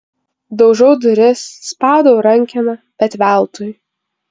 daužau duris spaudau rankeną bet veltui